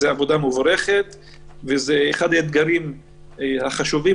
זו עבודה מבורכת וזה אחד האתגרים החשובים